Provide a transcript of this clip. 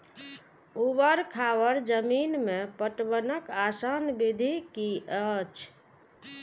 ऊवर खावर जमीन में पटवनक आसान विधि की अछि?